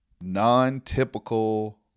non-typical